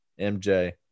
MJ